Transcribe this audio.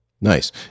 Nice